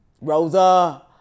Rosa